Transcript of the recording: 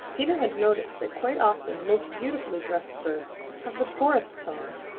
peter had noticed that quite often the most beautifully dressed birds have the poorest songs.